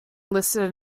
listed